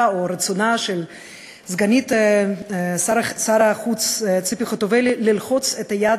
או רצונה של סגנית שר החוץ ציפי חוטובלי ללחוץ את היד